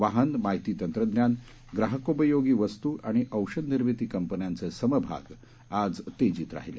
वाहन माहिती तंत्रज्ञान ग्राहकोपयोगी वस्तू आणि औषधनिर्मिती कंपन्यांचे समभाग आज तेजीत राहिले